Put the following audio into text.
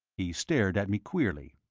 he stared at me queerly.